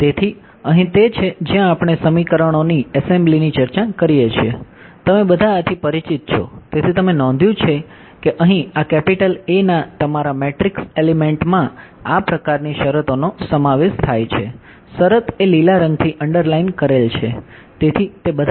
તેથી અહીં તે છે જ્યાં આપણે સમીકરણો કહીશું